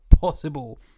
possible